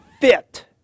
fit